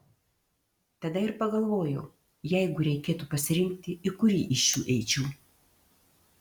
tada ir pagalvojau jeigu reikėtų pasirinkti į kurį iš šių eičiau